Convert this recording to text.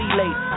late